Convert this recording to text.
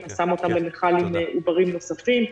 שם אותם במיכל עם עוברים נוספים,